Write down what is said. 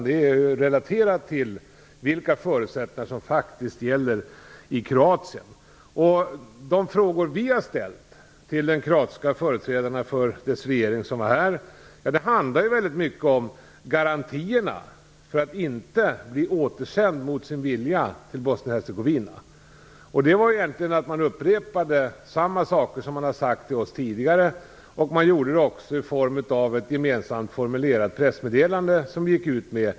Det här är relaterat till vilka förutsättningar som faktiskt gäller i De frågor som vi har ställt till företrädarna för den kroatiska regeringen när de var här gäller i stor utsträckning garantierna för att de här personerna inte mot sin vilja skall återsändas till Bosnien Hercegovina. De upprepade samma saker som de har sagt till oss tidigare. De gjorde det nu också i form av ett gemensamt formulerat pressmeddelande som gick ut.